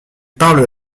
parlent